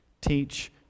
teach